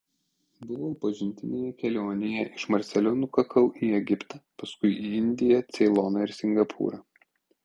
buvau pažintinėje kelionėje iš marselio nukakau į egiptą paskui į indiją ceiloną ir singapūrą